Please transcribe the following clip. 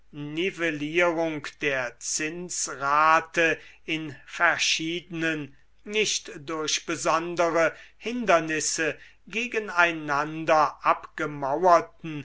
nivellierung der zinsrate in verschiedenen nicht durch besondere hindemisse gegeneinander